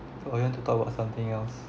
or you want to talk about something else